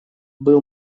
был